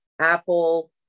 apple